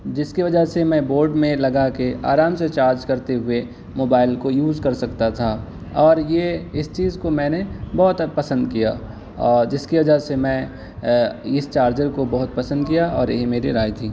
جس کے وجہ سے میں بورڈ میں لگا کے آرام سے چارج کرتے ہوئے موبائل کو یوز کر سکتا تھا اور یہ اس چیز کو میں نے بہت اب پسند کیا اور جس کی وجہ سے میں اس چارجر کو بہت پسند کیا اور یہ میری رائے تھی